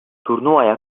turnuvaya